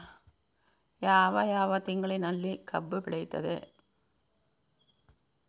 ಯಾವ ಯಾವ ತಿಂಗಳಿನಲ್ಲಿ ಕಬ್ಬು ಬೆಳೆಯುತ್ತದೆ?